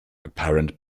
apparent